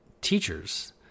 teachers